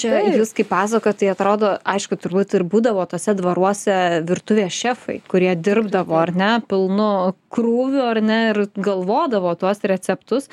čia jūs kai pasakojat tai atrodo aišku turbūt ir būdavo tuose dvaruose virtuvės šefai kurie dirbdavo ar ne pilnu krūviu ar ne ir galvodavo tuos receptus